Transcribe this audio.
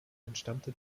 entstammte